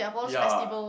ya